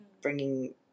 bringing